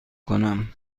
کنم